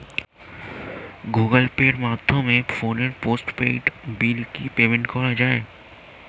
Google পের মাধ্যমে ফোনের পোষ্টপেইড বিল কি পেমেন্ট করা যায়?